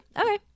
Okay